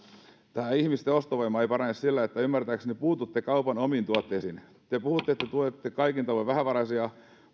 tämä ihmisten ostovoima ei parane sillä että ymmärtääkseni puututte kaupan omiin tuotteisiin te puhutte että tuette kaikin tavoin vähävaraisia